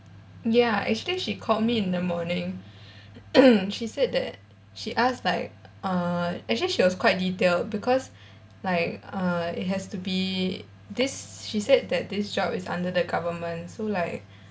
ya actually she called me in the morning she said that she asked like uh actually she was quite detailed because like uh it has to be this she said that this job is under the government so like